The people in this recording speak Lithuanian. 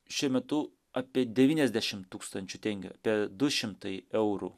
šiuo metu apie devyniasdešim tūkstančių tengių apie du šimtai eurų